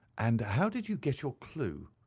and how did you get your clue?